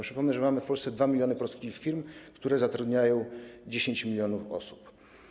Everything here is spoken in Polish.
Przypomnę, że mamy w Polsce 2 mln polskich firm, które zatrudniają 10 mln osób.